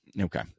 Okay